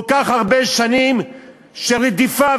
כל כך הרבה שנים של רדיפה,